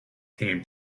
came